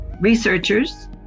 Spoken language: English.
researchers